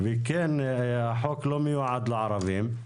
כן החוק לא מיועד לערבים,